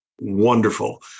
wonderful